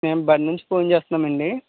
మేము బడి నుంచి ఫోన్ చేస్తున్నాము అండి